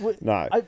no